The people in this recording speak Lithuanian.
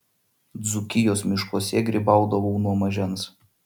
dzūkijos miškuose grybaudavau nuo mažens